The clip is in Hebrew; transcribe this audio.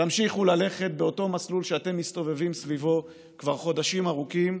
תמשיכו ללכת באותו מסלול שאתם מסתובבים סביבו כבר חודשים ארוכים,